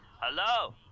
Hello